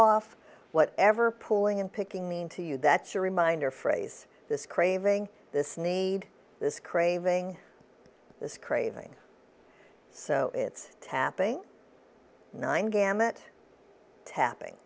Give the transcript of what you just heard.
off what ever pulling in picking mean to you that's a reminder phrase this craving this need this craving this craving so it's tapping nine gamut tapping